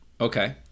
Okay